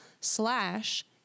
slash